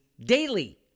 daily